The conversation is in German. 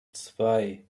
zwei